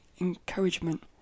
encouragement